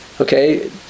Okay